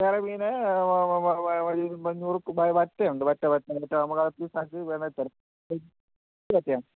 വേറെ മീൻ വറ്റയുണ്ട് വറ്റ വറ്റ